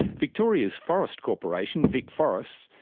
victoria's forest corporation, vicforests,